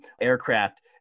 aircraft